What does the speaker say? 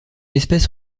espèce